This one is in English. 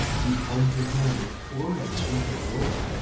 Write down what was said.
you plunge your hand exploringly into the drawer,